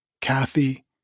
Kathy